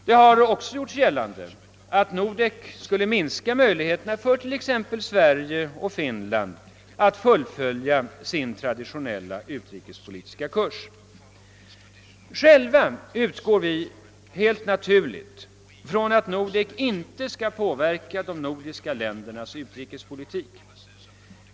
Det har också gjorts gällande att Nordek skulle minska möjligheterna för t.ex. Sverige och Finland att fullfölja sin traditionella utrikespolitiska kurs. Själva utgår vi helt naturligt från att Nordek inte skall påverka de nordiska ländernas utrikespolitik.